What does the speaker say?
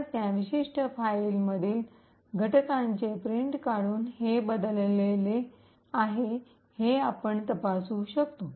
तर त्या विशिष्ट फाईलमधील घटकांचे प्रिंट काढून हे बदलले आहे हे आपण तपासू शकतो